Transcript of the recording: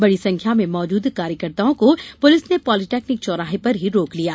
बड़ी संख्या में मौजूद कार्यकर्ताओं को पूलिस ने पालीटेकनिक चौराहे पर ही रोक लिया